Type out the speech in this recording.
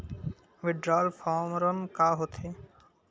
withdrawal form का होथेय